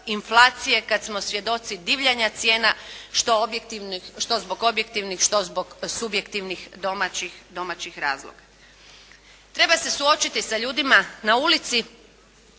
kada smo svjedoci divljanja cijena što zbog objektivnih, što zbog subjektivnih domaćih razloga. Treba se suočiti sa ljudima na ulici